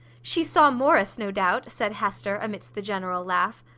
she saw morris, no doubt, said hester, amidst the general laugh.